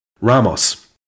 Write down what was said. Ramos